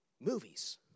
Movies